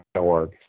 org